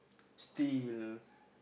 still